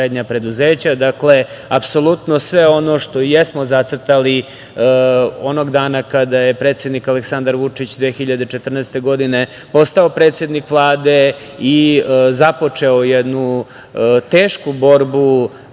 apsolutno sve ono što i jesmo zacrtali onog dana kada je predsednik Aleksandar Vučić 2014. godine postao predsednik Vlade i započeo jednu tešku borbu